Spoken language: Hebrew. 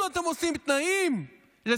לנו אתם עושים תנאים לשיח?